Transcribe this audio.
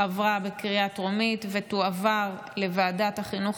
עברה בקריאה טרומית ותועבר לוועדת החינוך,